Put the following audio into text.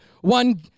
One